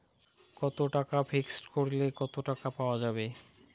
কত টাকা ফিক্সড করিলে কত টাকা পাওয়া যাবে?